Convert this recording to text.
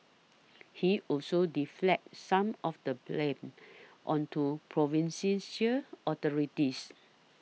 he also deflected some of the blame onto province sincere authorities